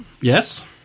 Yes